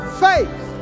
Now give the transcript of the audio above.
faith